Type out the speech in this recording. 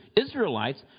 Israelites